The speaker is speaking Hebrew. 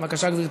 בבקשה, גברתי.